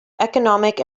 economic